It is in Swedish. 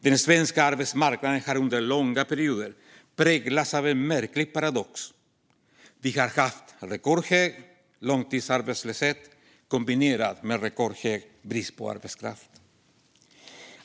Den svenska arbetsmarknaden har under långa perioder präglats av en märklig paradox: vi har haft rekordhög långtidsarbetslöshet kombinerat med rekordhög brist på arbetskraft.